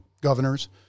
governors